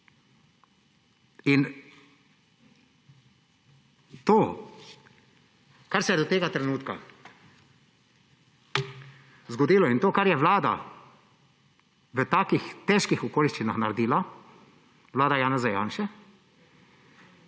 To, kar se je do tega trenutka zgodilo, in to, kar je Vlada v takih težkih okoliščinah naredila, vlada Janeza Janše,